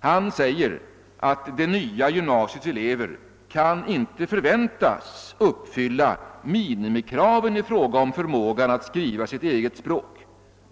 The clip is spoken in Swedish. Han förklarar att det nya gymnasiets elever inte kan förväntas uppfylla minimikraven i fråga om förmågan att skriva sitt eget språk.